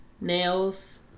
nails